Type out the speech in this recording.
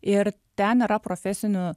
ir ten yra profesinių